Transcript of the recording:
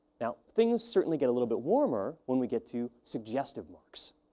now, things certainly get a little bit warmer when we get to suggestive marks.